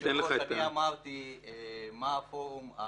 אני אמרתי מה הפורום הקואליציוני,